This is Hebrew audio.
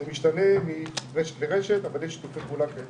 זה משתנה מרשת לרשת אבל יש שיתופי פעולה.